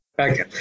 Okay